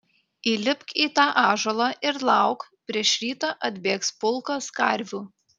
įlipk į tą ąžuolą ir lauk prieš rytą atbėgs pulkas karvių